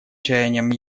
чаяниям